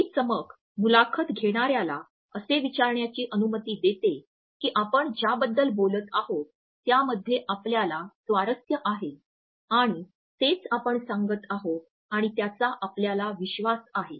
ही चमक मुलाखत घेणार्याला असे विचारण्याची अनुमती देते की आपण ज्याबद्दल बोलत आहोत त्यामध्ये आपल्याला स्वारस्य आहे आणि तेच आपण सांगत आहोत आणि त्याचा आपल्याला विश्वास आहे